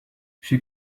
she